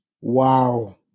wow